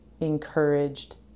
encouraged